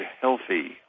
healthy